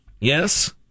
yes